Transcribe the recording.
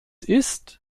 ist